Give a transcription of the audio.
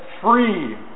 free